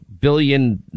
billion